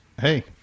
hey